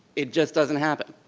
it just doesn't happen.